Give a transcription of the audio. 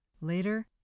Later